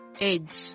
Edge